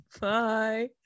Bye